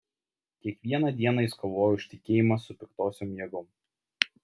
kiekvieną dieną jis kovojo už tikėjimą su piktosiom jėgom